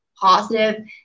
positive